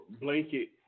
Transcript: blanket